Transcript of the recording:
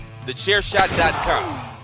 TheChairShot.com